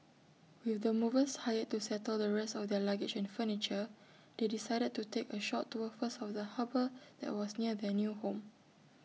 with the movers hired to settle the rest of their luggage and furniture they decided to take A short tour first of the harbour that was near their new home